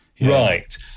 Right